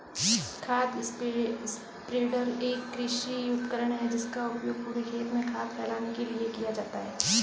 खाद स्प्रेडर एक कृषि उपकरण है जिसका उपयोग पूरे खेत में खाद फैलाने के लिए किया जाता है